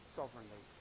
sovereignly